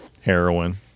heroin